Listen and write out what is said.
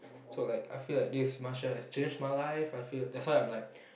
so like I feel like this martial arts changed my life I feel that's why I'm like